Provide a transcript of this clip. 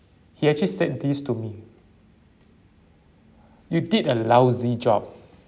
he actually said this to me you did a lousy job